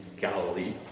Galilee